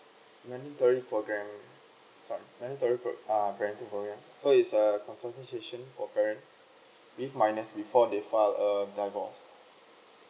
mandatory programme sorry mandatory pro~ uh parenting programme so is uh consultation for parents with minors before they file a divorce